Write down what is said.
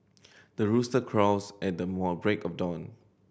the rooster crows at the more break of dawn